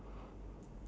ya